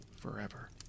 forever